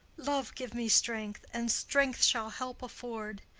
love give me strength! and strength shall help afford.